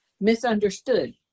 misunderstood